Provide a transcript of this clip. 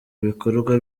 bikorwa